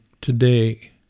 today